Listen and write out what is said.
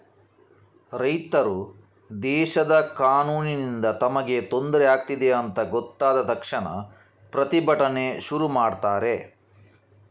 ರೈತರು ದೇಶದ ಕಾನೂನಿನಿಂದ ತಮಗೆ ತೊಂದ್ರೆ ಆಗ್ತಿದೆ ಅಂತ ಗೊತ್ತಾದ ತಕ್ಷಣ ಪ್ರತಿಭಟನೆ ಶುರು ಮಾಡ್ತಾರೆ